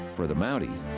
for the mounties,